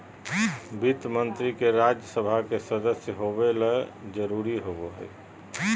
वित्त मंत्री के राज्य सभा के सदस्य होबे ल जरूरी होबो हइ